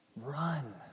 run